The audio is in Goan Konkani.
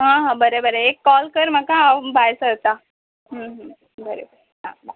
आ हा बरें बरें एक कॉल कर म्हाका हांव भायर सरता बरें आ बाय